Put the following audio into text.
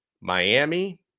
Miami